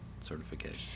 certification